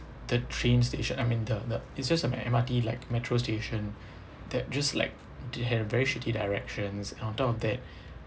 the train station I mean the the it's just a M_R_T like metro station that just like had a very shitty directions and on top of that